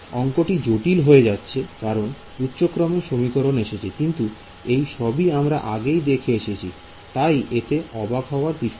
অংকটি জটিল হয়ে যাচ্ছে কারণ উচ্চক্রমের সমীকরণ এসেছে কিন্তু এইসবই আমরা আগেই দেখে এসেছি তাই এতে অবাক হওয়ার কিছু নেই